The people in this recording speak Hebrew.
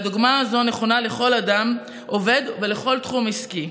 הדוגמה הזאת נכונה לכל אדם עובד ולכל תחום עסקי,